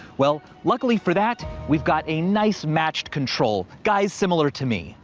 well, luckily for that, we've got a nice matched control, guys similar to me.